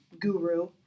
guru